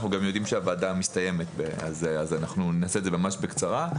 אנחנו גם יודעים שהוועדה מסתיימת אז נעשה את זה ממש בקצרה.